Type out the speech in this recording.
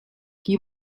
qui